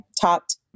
talked